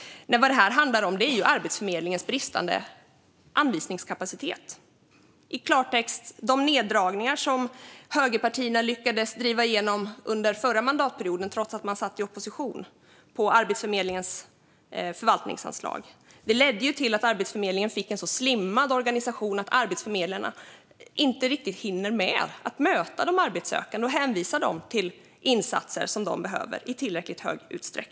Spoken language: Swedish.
Men vad detta handlar om är Arbetsförmedlingens bristande anvisningskapacitet. I klartext handlar det om de neddragningar på Arbetsförmedlingens förvaltningsanslag som högerpartierna lyckades driva igenom under förra mandatperioden, trots att man satt i opposition. De ledde till att Arbetsförmedlingen fick en så slimmad organisation att arbetsförmedlarna inte riktigt hinner med att möta de arbetssökande och hänvisa dem till de insatser som de behöver.